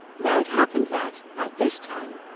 now it happened that, at this time,